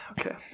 okay